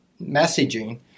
messaging